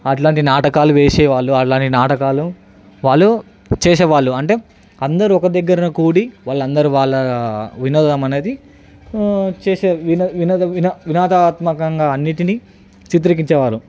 అలాంటి నాటకాలు వేసేవాళ్ళు అలానే నాటకాలు వాళ్ళు చేసేవాళ్ళు అంటే అందరు ఒక్కదగ్గర కూడి వాళ్ళందరు వాళ్ళ వినోదం అనేది చేసే వినో వినోద వినోదాద్మకంగా అన్నింటిని చిత్రీకరించే వాళ్ళు